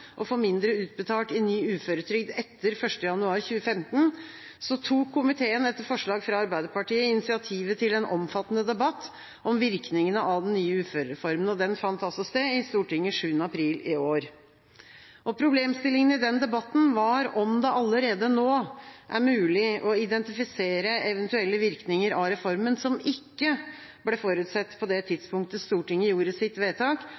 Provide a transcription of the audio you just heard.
å få mindre utbetalt i ny uføretrygd etter 1. januar 2015, tok komiteen etter forslag fra Arbeiderpartiet initiativet til en omfattende debatt om virkningene av den nye uførereformen. Den fant sted i Stortinget 7. april i år. Problemstillinga i den debatten var om det allerede nå er mulig å identifisere eventuelle virkninger av reformen som ikke ble forutsett på det tidspunktet Stortinget gjorde sitt vedtak